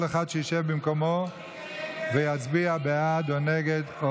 כל אחד שישב במקומו ויצביע בעד או